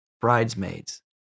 bridesmaids